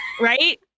Right